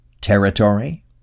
Territory